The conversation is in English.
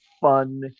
fun